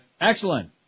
Excellent